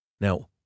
Now